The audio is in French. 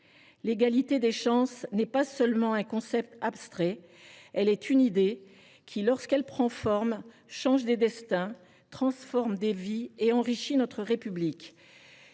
L’égalité des chances n’est pas seulement un concept abstrait. Elle est une idée qui, lorsqu’elle prend forme, change des destins, transforme des vies et enrichit notre République.